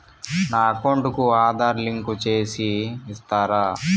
నా అకౌంట్ కు ఆధార్ లింకు సేసి ఇస్తారా?